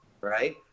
Right